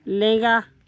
ᱞᱮᱸᱜᱟ